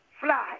fly